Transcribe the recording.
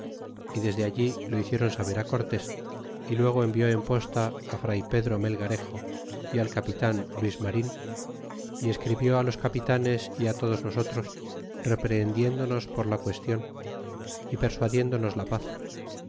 y desde allí lo hicieron saber á cortés y luego envió en posta á fr pedro melgarejo y al capitan luis marin y escribió á los capitanes y á todos nosotros reprehendiendonos por la qüestion y persuadiéndonos la paz